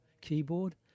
keyboard